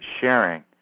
sharing